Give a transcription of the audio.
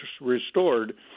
restored